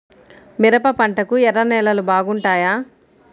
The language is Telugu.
మిరప పంటకు ఎర్ర నేలలు బాగుంటాయా?